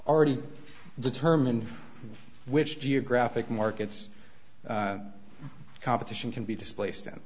already determined which geographic markets competition can be displaced at